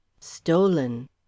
Stolen